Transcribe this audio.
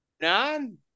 None